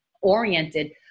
oriented